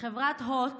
בחברת הוט